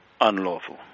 unlawful